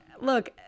look